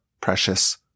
precious